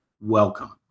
welcome